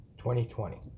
2020